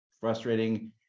frustrating